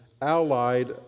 allied